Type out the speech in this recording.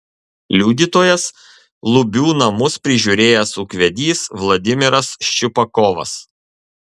liudytojas lubių namus prižiūrėjęs ūkvedys vladimiras ščiupakovas